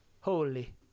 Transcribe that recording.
holy